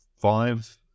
five